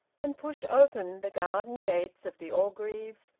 and pushed open the garden gates of the orgreaves,